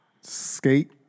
Skate